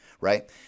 Right